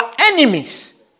enemies